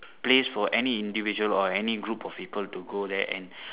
place for any individual or any group of people to go there and